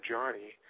Johnny